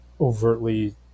overtly